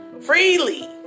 Freely